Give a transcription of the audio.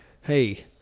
hey